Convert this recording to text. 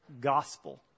Gospel